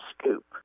scoop